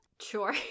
sure